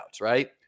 Right